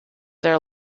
their